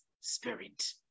spirit